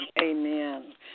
Amen